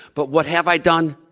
but what have i done?